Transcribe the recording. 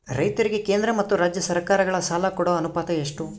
ರೈತರಿಗೆ ಕೇಂದ್ರ ಮತ್ತು ರಾಜ್ಯ ಸರಕಾರಗಳ ಸಾಲ ಕೊಡೋ ಅನುಪಾತ ಎಷ್ಟು?